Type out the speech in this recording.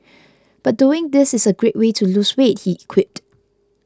but doing this is a great way to lose weight he quipped